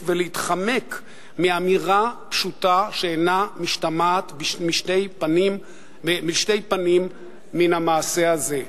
ולהתחמק מאמירה פשוטה שאינה משתמעת לשני פנים מהמעשה הזה.